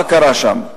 מה קרה שם?